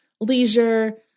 leisure